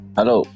Hello